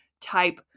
type